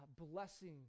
blessing